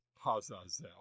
Hazazel